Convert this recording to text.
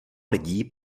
lidí